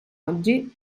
oggi